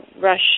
rush